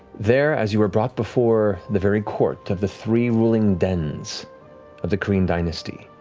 there, as you are brought before the very court of the three ruling dens of the kryn dynasty.